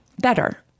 better